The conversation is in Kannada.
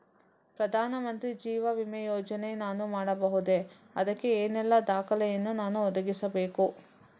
ಪ್ರಧಾನ ಮಂತ್ರಿ ಜೀವ ವಿಮೆ ಯೋಜನೆ ನಾನು ಮಾಡಬಹುದೇ, ಅದಕ್ಕೆ ಏನೆಲ್ಲ ದಾಖಲೆ ಯನ್ನು ನಾನು ಒದಗಿಸಬೇಕು?